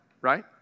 right